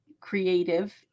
creative